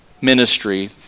ministry